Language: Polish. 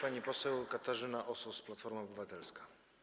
Pani poseł Katarzyna Osos, Platforma Obywatelska.